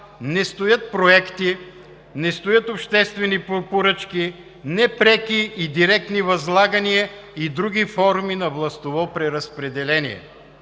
не стоят проекти, не стоят обществени поръчки, непреки и директни възлагания и други форми на властово преразпределение.